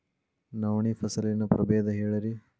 ನವಣಿ ಫಸಲಿನ ಪ್ರಭೇದ ಹೇಳಿರಿ